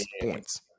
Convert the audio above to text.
points